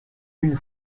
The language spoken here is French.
une